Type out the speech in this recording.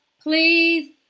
please